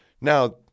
now